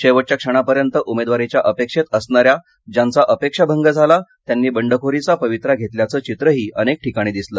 शेवटच्या क्षणापर्यंत उमेदवारीच्या अपेक्षेत असणाऱ्या ज्यांचा अपेक्षाभंग झाला त्यांनी बंडखोरीचा पवित्रा घेतल्याचं चित्रही अनेक ठिकाणी दिसलं